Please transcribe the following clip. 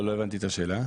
לא הבנתי את השאלה,